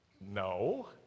No